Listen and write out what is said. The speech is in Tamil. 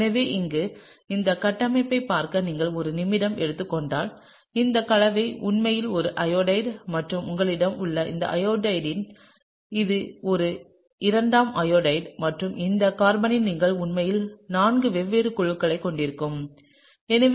எனவே இங்கே இந்த கட்டமைப்பைப் பார்க்க நீங்கள் ஒரு நிமிடம் எடுத்துக் கொண்டால் இந்த கலவை உண்மையில் ஒரு அயோடைடு மற்றும் உங்களிடம் உள்ள இந்த அயோடைடில் இது ஒரு இரண்டாம் அயோடைடு மற்றும் அந்த கார்பனில் நீங்கள் உண்மையில் நான்கு வெவ்வேறு குழுக்களைக் கொண்டிருக்கிறீர்கள்